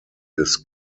des